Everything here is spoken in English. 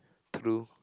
true